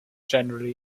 generally